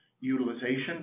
utilization